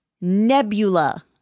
Nebula